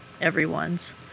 everyone's